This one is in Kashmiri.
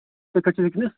تُہۍ کَتہِ چھِو وُنکیٚنَس